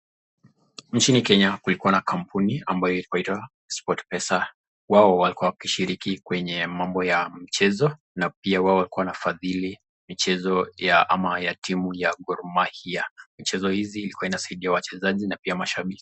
Nchini Kenya kulikuwa na kampuni ambayo ilikuwa inaitwa sportpesa, wao waliokuwa wanashiriki kwa mambo ya mchezo na pia walikuwa wanafatili mchezo wa timu ya Gor Mahia, mchezo Hizi yanasaidia wachezaji na pia mashabiki.